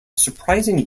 surprising